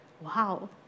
Wow